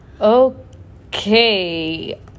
Okay